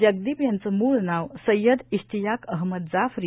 जगदीप यांचं मूळ नाव सैयद इश्तियाक अहमद जाफरी